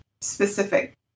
specific